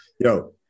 Yo